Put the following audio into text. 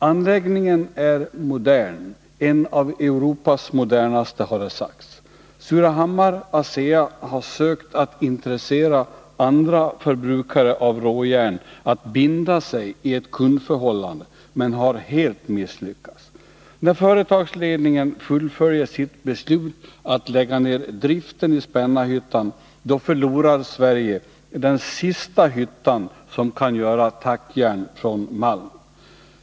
Anläggningen är modern, en av Europas modernaste, har det sagts. Surahammar Bruks AB och ASEA har sökt att intressera andra förbrukare av råjärn att binda sig i sitt kundförhållande, men har helt misslyckats. När företagsledningen fullföljer sitt beslut att lägga ner driften i Spännarhyttan, förlorar Sverige den sista hyttan som kan göra tackjärn av malm.